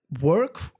work